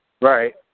Right